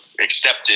accepted